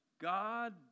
God